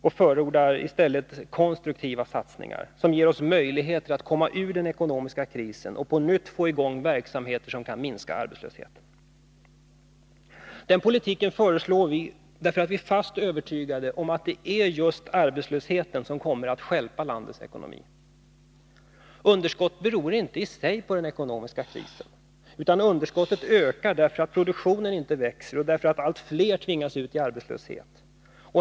Vi förordar i stället konstruktiva satsningar, som ger oss möjligheter att komma ur den ekonomiska krisen och att på nytt få i gång verksamheter som kan bidra till en minskning av arbetslösheten. Den politiken föreslår vi därför att vi är fast övertygade om att det är just arbetslösheten som kommer att stjälpa landets ekonomi. Underskottet i sig beror inte på den ekonomiska krisen. I stället kan man säga att underskottet ökar, därför att produktionen inte växer och därför att allt fler tvingas ut i arbetslöshet.